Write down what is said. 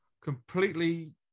Completely